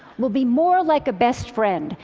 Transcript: will be more like a best friend,